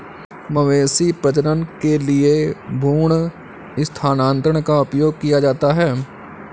मवेशी प्रजनन के लिए भ्रूण स्थानांतरण का उपयोग किया जाता है